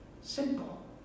Simple